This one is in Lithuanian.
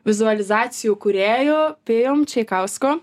vizualizacijų kūrėju pijum čeikausku